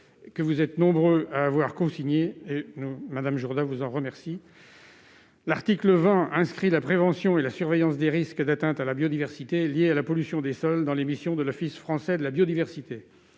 vous êtes nombreux à avoir cosigné ce texte, et Mme Jourda vous en remercie. L'article 20 inscrit la prévention et la surveillance des risques d'atteinte à la biodiversité liés à la pollution des sols parmi les missions de l'Office français de la biodiversité.